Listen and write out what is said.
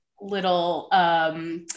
little